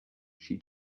she